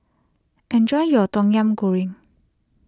enjoy your Tom Yam Goong